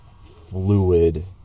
fluid